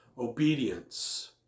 obedience